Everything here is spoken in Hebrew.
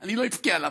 אני לא אבכה עליו.